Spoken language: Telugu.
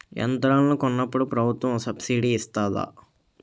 యంత్రాలను కొన్నప్పుడు ప్రభుత్వం సబ్ స్సిడీ ఇస్తాధా?